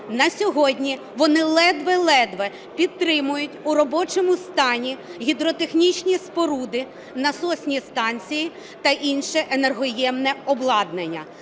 на сьогодні вони ледве-ледве підтримують в робочому стані гідротехнічні споруди, насосні станції та інше енергоємне обладнання.